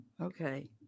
okay